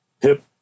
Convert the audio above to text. hip